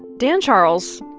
dan charles,